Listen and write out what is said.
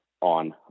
on